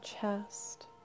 chest